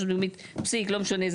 לא משנה,